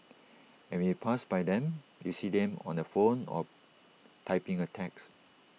and when you pass by them you see them on the phone or typing A text